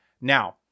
Now